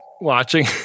watching